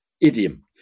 idiom